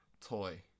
toy